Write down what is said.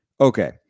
Okay